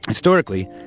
historically,